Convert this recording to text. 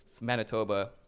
Manitoba